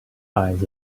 eyes